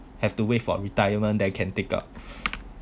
have to wait for retirement then can take out